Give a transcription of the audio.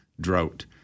drought